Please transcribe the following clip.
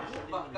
כבר.